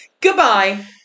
goodbye